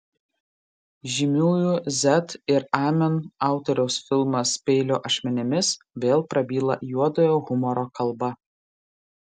žymiųjų z ir amen autoriaus filmas peilio ašmenimis vėl prabyla juodojo humoro kalba